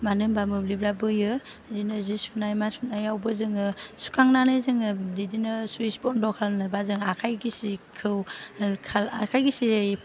मानो होनबा मोब्लिबा बोयो बिदिनो जि सुनाय मा सुनायावबो जोङो सुखांनानै जोङो बिदिनो सुइज बन्द' खालामनोबा जोङो आखाइ गिसिखौ आखाइ गिसियै